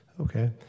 okay